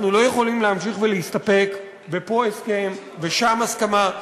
אנחנו לא יכולים להמשיך להסתפק בפה הסכם ושם הסכמה,